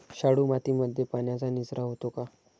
शाडू मातीमध्ये पाण्याचा निचरा होतो का?